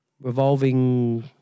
revolving